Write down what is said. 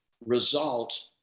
result